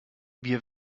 wir